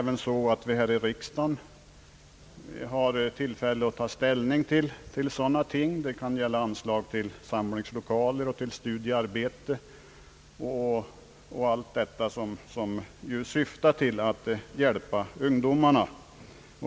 Vi här i riksdagen har tillfälle att ta ställning till sådant som kan gälla anslag till samlingslokaler och till studiearbete och annat för att hjälpa ungdomarna.